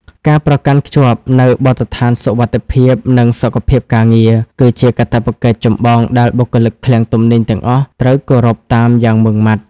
ការប្រកាន់ខ្ជាប់នូវបទដ្ឋានសុវត្ថិភាព និងសុខភាពការងារ គឺជាកាតព្វកិច្ចចម្បងដែលបុគ្គលិកឃ្លាំងទំនិញទាំងអស់ត្រូវគោរពតាមយ៉ាងម៉ឺងម៉ាត់។